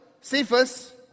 Cephas